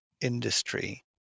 industry